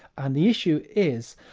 and the issue is,